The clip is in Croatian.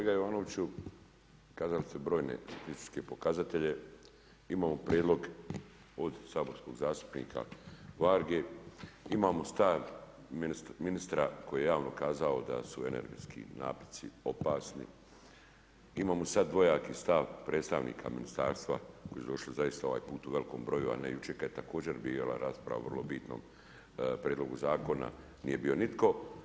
Kolega Jovanoviću, kazali ste brojne statističke pokazatelje, imamo prijedlog od saborskog zastupnika Varge, imamo stav ministra koji je javno kazao da su energetski napitci opasni, imamo sada dvojaki stav predstavnika ministarstva koji su došli zaista ovaj put u velikom broju, a ne jučer kada je također bila rasprava o vrlo bitnom prijedlogu zakona, nije bio nitko.